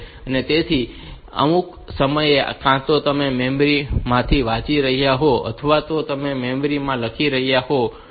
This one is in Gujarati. તેથી અમુક સમયે કાં તો તમે મેમરી માંથી વાંચી રહ્યા હોવ છો અથવા તમે મેમરી માં લખી રહ્યા હોવ છો